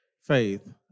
faith